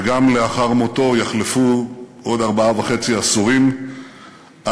וגם לאחר מותו יחלפו עוד ארבעה עשורים וחצי